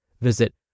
Visit